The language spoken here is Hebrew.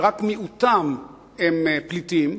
שרק מיעוטם הם פליטים,